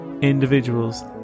individuals